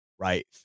right